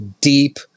deep